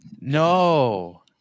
No